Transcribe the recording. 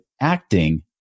acting